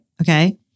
Okay